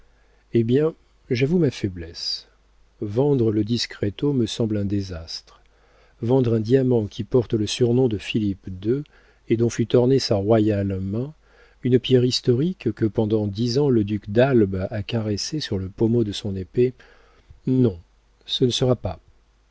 eh bien j'avoue ma faiblesse vendre le discreto me semble un désastre vendre un diamant qui porte le surnom de philippe ii et dont fut ornée sa royale main une pierre historique que pendant dix ans le duc d'albe a caressée sur le pommeau de son épée non ce ne sera pas